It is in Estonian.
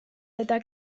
teda